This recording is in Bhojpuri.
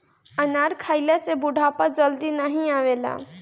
अनार खइला से बुढ़ापा जल्दी नाही आवेला